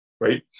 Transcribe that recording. right